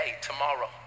tomorrow